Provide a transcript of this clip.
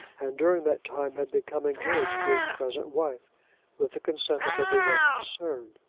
and during that time had become engaged to his present wife with the consent of every one concerned.